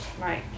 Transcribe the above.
right